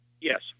Yes